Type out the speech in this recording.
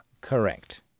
Correct